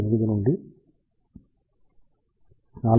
8 నుండి 4